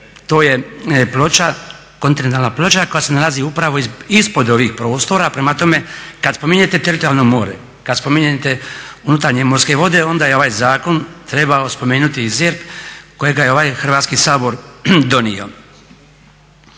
to je kontinentalna ploča koja se nalazi upravo ispod ovih prostora. Prema tome, kad spominjete teritorijalno more, kad spominjete unutarnje morske vode onda je ovaj zakon trebao spomenuti i ZERP kojega je ovaj Hrvatski sabor donio.